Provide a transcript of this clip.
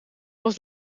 was